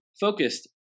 focused